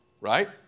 Right